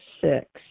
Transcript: six